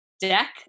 deck